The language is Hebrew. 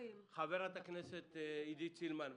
חברת הכנסת עידית סילמן.